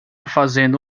fazendo